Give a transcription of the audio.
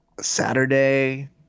Saturday